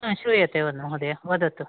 श्रूयते एव महोदय वदतु